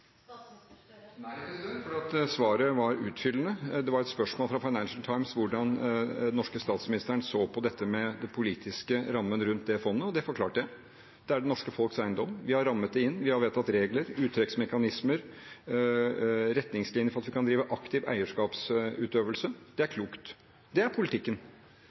Nei, for svaret var utfyllende. Det var et spørsmål fra Financial Times om hvordan den norske statsministeren så på den politiske rammen rundt det fondet, og det forklarte jeg. Det er det norske folks eiendom. Vi har rammet det inn, vi har vedtatt regler, uttrekksmekanismer og retningslinjer for at vi kan drive aktiv eierskapsutøvelse. Det er klokt. Det er politikken.